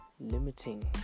limiting